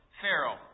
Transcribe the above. Pharaoh